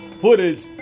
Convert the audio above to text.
footage